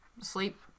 sleep